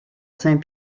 saint